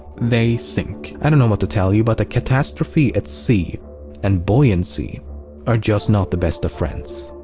they sink. i don't know what to tell you but a catastrophe at sea and buoyancy are just not the best of friends.